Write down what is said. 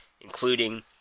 including